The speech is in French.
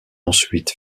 ensuite